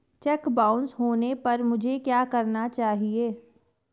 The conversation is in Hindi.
चेक बाउंस होने पर मुझे क्या करना चाहिए?